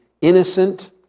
innocent